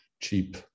cheap